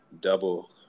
double